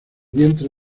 vientre